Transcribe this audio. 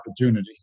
opportunity